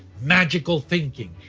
magical thinking,